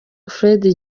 fred